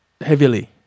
heavily